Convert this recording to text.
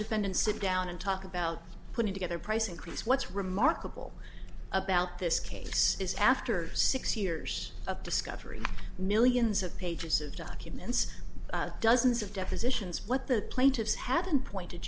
defendants sit down and talk about putting together a price increase what's remarkable about this case is after six years of discovery millions of pages of documents dozens of depositions what the plaintiffs haven't pointed